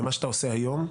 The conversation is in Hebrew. ומה שאתה עושה היום,